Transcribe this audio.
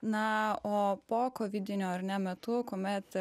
na o pokovidinio ar ne metu kuomet